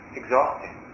exhausting